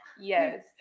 Yes